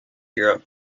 europe